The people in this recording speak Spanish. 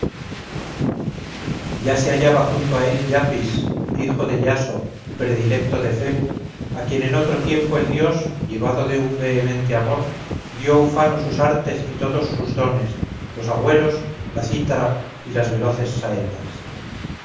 ya se hallaba junto a él iapis hijo de iaso predilecto de febo a quien en otro tiempo el dios llevado de un vehemente amor dio ufano sus artes y todos sus dones los agüeros la cítara y las veloces saetas